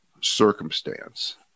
circumstance